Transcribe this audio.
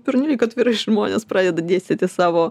pernelyg atvirai žmonės pradeda dėstyti savo